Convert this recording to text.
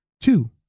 two